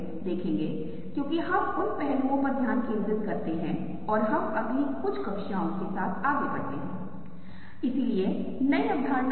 यह विशेष छवि जो बहुत ही असंभव लगती है जब तक हम करते हैं हम इसे गोल कर देते हैं और हम निश्चित रूप से महसूस करते हैं कि यह बहुत संभव है